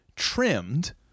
Trimmed